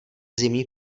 zimní